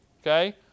okay